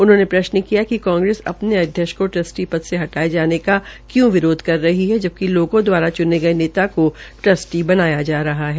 उन्होंने प्रश्न किया कि कांग्रेस अपने अध्यक्ष को ट्रस्टी से हटाये जाने का क्यूं विरोध कर रही है जबकि लोगों दवारा च्ने गये नेता को ट्रस्टी बनाया जा रहा है